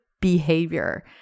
behavior